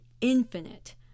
infinite